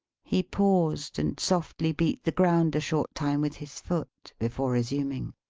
he paused, and softly beat the ground a short time with his foot, before resuming